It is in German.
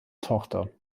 tochter